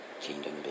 Kingdom